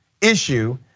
issue